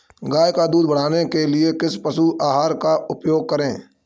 गाय का दूध बढ़ाने के लिए किस पशु आहार का उपयोग करें?